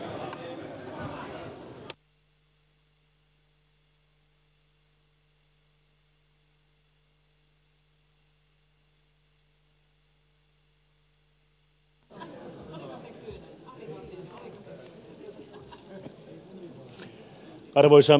arvoisa puhemies